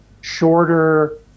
shorter